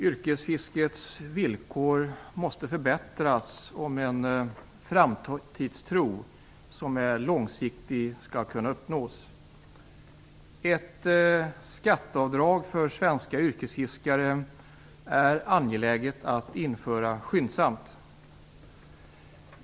Fru talman! Yrkesfiskets villkor måste förbättras om en långsiktig framtidstro skall kunna uppnås. Ett skatteavdrag för svenska yrkesfiskare är angeläget att införa skyndsamt.